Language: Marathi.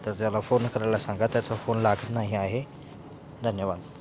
तर त्याला फोन करायला सांगा त्याचा फोन लागत नाही आहे धन्यवाद